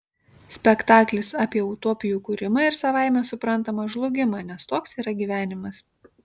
spektaklis apie utopijų kūrimą ir savaime suprantama žlugimą nes toks yra gyvenimas